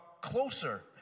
closer